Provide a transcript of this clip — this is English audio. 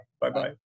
Bye-bye